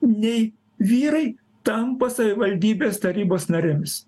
nei vyrai tampa savivaldybės tarybos narėmis